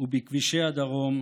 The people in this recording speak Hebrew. ובכבישי הדרום,